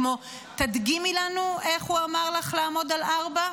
כמו: תדגימי לנו איך הוא אמר לך לעמוד על ארבע.